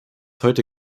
heute